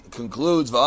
concludes